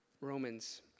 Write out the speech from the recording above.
Romans